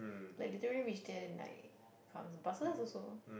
like literally reach there then like come buses also